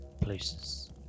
places